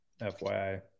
FYI